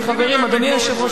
אדוני היושב-ראש,